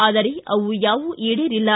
ಆದರೆ ಅವು ಯಾವು ಈಡೇರಿಲ್ಲ